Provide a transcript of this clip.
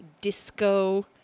disco